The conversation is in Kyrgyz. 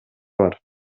бар